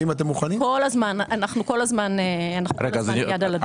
אנחנו כל הזמן עם יד על הדופק.